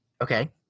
Okay